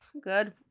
good